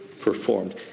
performed